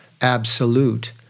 absolute